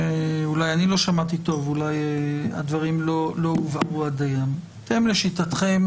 ואולי אני לא שמעתי טוב ואולי הדברים לא הובהרו עד דיים לשיטתכם,